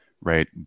right